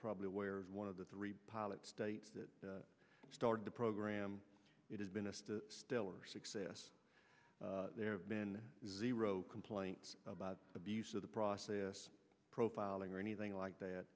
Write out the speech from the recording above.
probably aware one of the three pilot states that started the program it has been a stellar success there have been zero complaints about abuse of the process profiling or anything like that